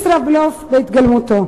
ישראבלוף בהתגלמותו.